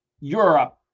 Europe